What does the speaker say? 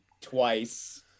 twice